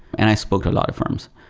and i spoke a lot of firms.